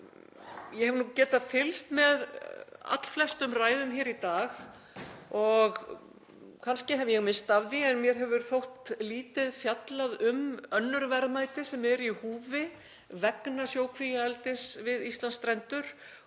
Ég hef getað fylgst með allflestum ræðum hér í dag og kannski hef ég misst af því en mér hefur þótt lítið fjallað um önnur verðmæti sem eru í húfi vegna sjókvíaeldis við Íslandsstrendur